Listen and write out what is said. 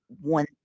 one